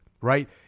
right